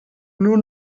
nur